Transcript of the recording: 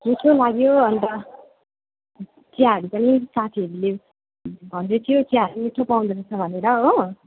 मिठो लाग्यो अन्त चियाहरू पनि साथीहरूले भन्दै थियो चियाहरू मिठो पाउँदो रहेछ भनेर हो